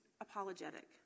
apologetic